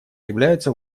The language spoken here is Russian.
являются